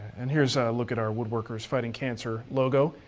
and here's a look at our woodworkers fighting cancer logo.